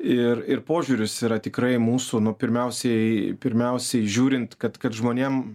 ir ir požiūris yra tikrai mūsų pirmiausiai pirmiausiai žiūrint kad kad žmonėm